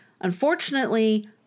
Unfortunately